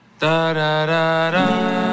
Da-da-da-da